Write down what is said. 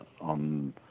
on